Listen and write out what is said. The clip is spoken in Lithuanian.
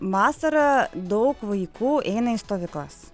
vasarą daug vaikų eina į stovyklas